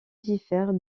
diffère